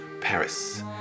Paris